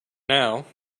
now